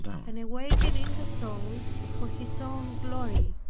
and awaken in the soul for his own glory.